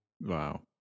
Wow